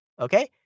Okay